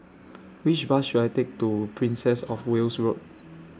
Which Bus should I Take to Princess of Wales Road